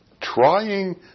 trying